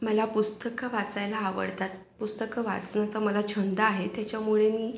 मला पुस्तकं वाचायला आवडतात पुस्तकं वाचण्याचा मला छंद आहे त्याच्यामुळे मी